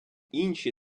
інші